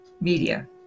media